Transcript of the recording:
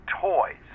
toys